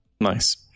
nice